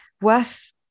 worth